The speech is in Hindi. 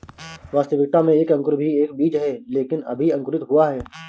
वास्तविकता में एक अंकुर भी एक बीज है लेकिन अभी अंकुरित हुआ है